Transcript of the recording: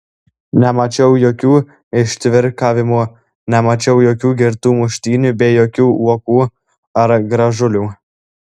nemačiau jokių ištvirkavimų nemačiau jokių girtų muštynių bei jokių uokų ar gražulių